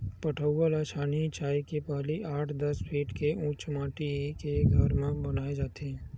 पठउवा ल छानही छाहे ले पहिली आठ, दस फीट के उच्च माठी के घर म बनाए जाथे